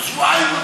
כבר שבועיים,